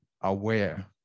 aware